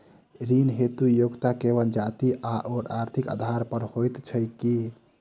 ऋण हेतु योग्यता केवल जाति आओर आर्थिक आधार पर होइत छैक की?